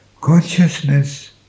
Consciousness